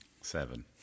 Seven